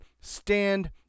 stand